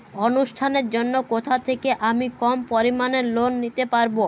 অনুষ্ঠানের জন্য কোথা থেকে আমি কম পরিমাণের লোন নিতে পারব?